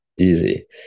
Easy